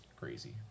crazy